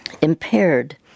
impaired